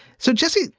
so, jesse,